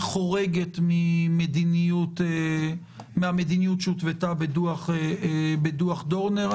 שחורגת מן המדיניות שהותוותה בדוח דורנר.